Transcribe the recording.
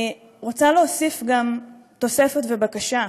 אני רוצה להוסיף גם תוספת ובקשה.